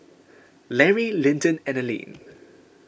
Lary Linton and Alline